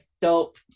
dope